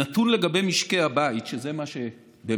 הנתון על משקי הבית, שזה מה שבאמת